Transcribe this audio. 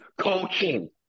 coaching